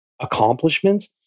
accomplishments